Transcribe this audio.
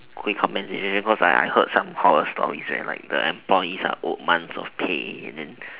comments cause I I heard some horror stories like the employees are owed months of pay and then